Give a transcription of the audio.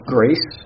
Grace